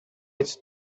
эцэст